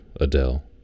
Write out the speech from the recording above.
Adele